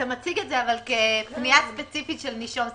אתה מציג את זה כפנייה ספציפי של נישום ספציפי.